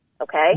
okay